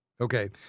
Okay